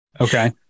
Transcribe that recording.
Okay